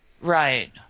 Right